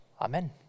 amen